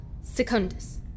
Secundus